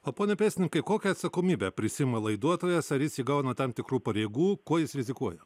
o pone pėstininkai kokią atsakomybę prisiima laiduotojas ar jis įgauna tam tikrų pareigų kuo jis rizikuoja